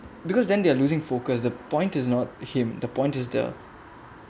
because then they're losing focus the point is not him the point is the